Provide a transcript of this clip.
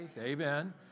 Amen